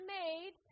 made